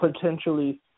potentially